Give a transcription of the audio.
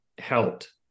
helped